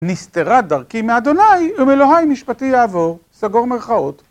"נסתרה דרכי מה', ומאלוהי משפטי יעבור", סגור מרכאות.